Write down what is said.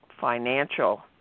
financial